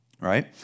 right